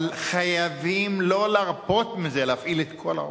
אבל חייבים לא להרפות מזה, להפעיל את כל העולם.